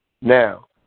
Now